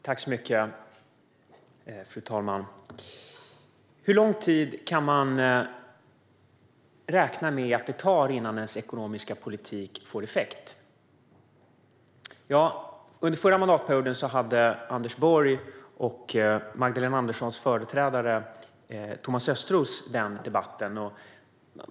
Fru talman! Hur lång tid kan man räkna med att det tar innan ens ekonomiska politik får effekt? En sådan debatt hade Anders Borg och Magdalena Anderssons företrädare Thomas Östros under den förra mandatperioden.